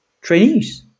trainees